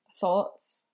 thoughts